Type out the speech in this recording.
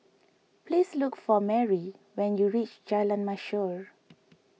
please look for Marie when you reach Jalan Mashhor